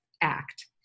act